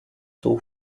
tou